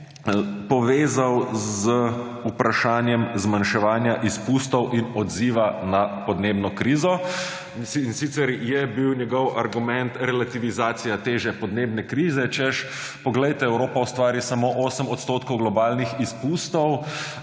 povezal z vprašanjem zmanjševanja izpustov in odziva na podnebno krizo, in sicer je bil njegov argument relativizacija teže podnebne krize – češ, poglejte, Evropa ustvari samo 8 % globalnih izpustov,